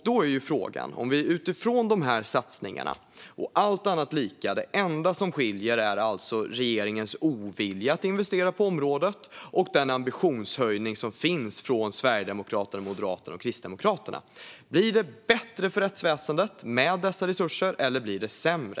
Då är frågan: Utifrån dessa satsningar, allt annat lika och det enda som skiljer alltså är regeringens ovilja att investera på området och den ambitionshöjning som finns hos Sverigedemokraterna, Moderaterna och Kristdemokraterna: Blir det bättre för rättsväsendet med dessa resurser, eller blir det sämre?